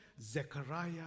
Zechariah